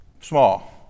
small